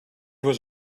was